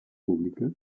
pública